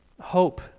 hope